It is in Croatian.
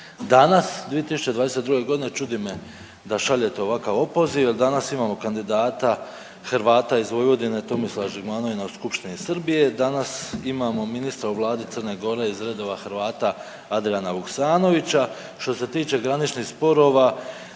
Danas 2022. godine čudi me da šaljete ovakav opoziv jer danas imamo kandidata Hrvata iz Vojvodine Tomislava Žigmanova u skupštini Srbije, danas imamo ministra u vladi Crne Gore iz redova Hrvata Adriana Vuksanovića. Što se tiče graničnih sporova